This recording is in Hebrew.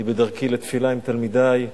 אני בדרכי לתפילה עם תלמידי,